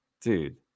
Dude